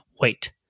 Wait